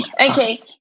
Okay